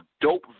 dope